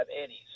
eddies